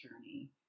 journey